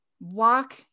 walk